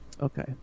Okay